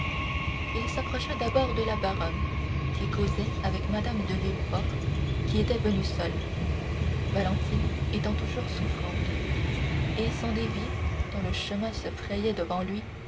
il s'approcha d'abord de la baronne qui causait avec mme de villefort qui était venue seule valentine étant toujours souffrante et sans dévier tant le chemin se frayait devant lui